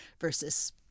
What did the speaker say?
versus